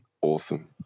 awesome